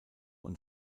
und